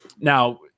now